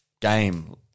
game